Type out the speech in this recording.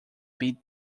bit